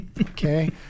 Okay